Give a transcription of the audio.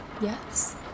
Yes